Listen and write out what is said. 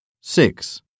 Six